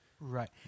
Right